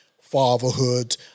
fatherhood